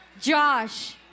Josh